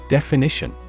Definition